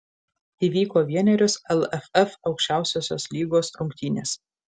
įvyko vienerios lff aukščiausiosios lygos rungtynės